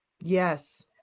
Yes